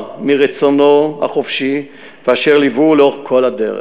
מרצונו החופשי ואשר ליווהו לאורך כל הדרך.